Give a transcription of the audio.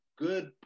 good